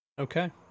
Okay